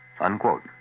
unquote